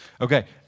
Okay